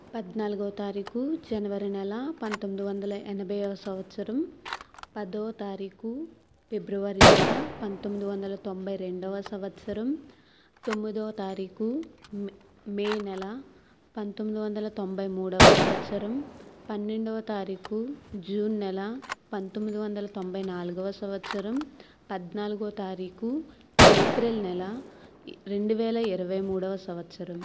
పద్నాలుగవ తారీకు జనవరి నెల పంతొమ్మిది వందల ఎనభైవ సంవత్సరం పదో తారీకు ఫిబ్రవరి నెల పంతొమ్మిది వందల తొంభై రెండవ సంవత్సరం తొమ్మిదవ తారీకు మే నెల పంతొమ్మిది వందల తొంభై మూడవ సంవత్సరం పన్నెండవ తారీకు జూన్ నెల పంతొమ్మిది వందల తొంభై నాలుగవ సంవత్సరం పద్నాలుగవ తారీకు ఏప్రిల్ నెల రెండు వేల ఇరవై మూడవ సంవత్సరం